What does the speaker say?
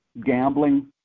gambling